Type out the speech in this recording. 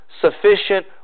sufficient